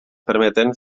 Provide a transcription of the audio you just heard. permeten